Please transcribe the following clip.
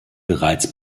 bereits